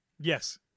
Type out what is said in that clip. Yes